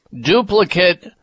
duplicate